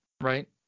right